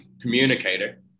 communicator